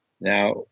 Now